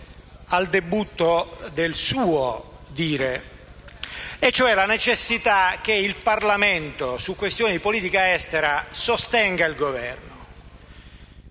al debutto del suo dire, e cioè la necessità che il Parlamento, su questioni di politica estera, sostenga il Governo.